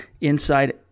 inside